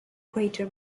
greater